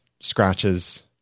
scratches